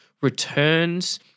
returns